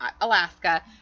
Alaska